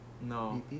No